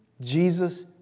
Jesus